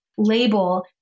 Label